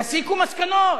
תסיקו מסקנות.